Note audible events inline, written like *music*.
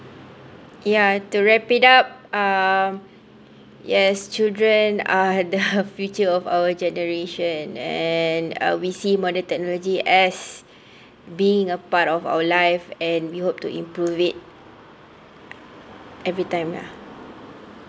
ya to wrap it up um yes children are the *laughs* future of our generation and uh we see modern technology as being a part of our life and we hope to improve it every time ya